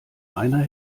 einer